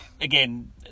Again